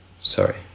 Sorry